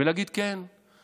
ולהגיד: כן,